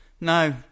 No